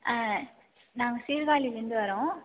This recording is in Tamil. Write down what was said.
நாங்கள் சீர்காழிலர்ந்து வர்றோம்